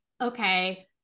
okay